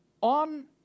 On